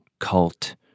cult